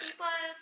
people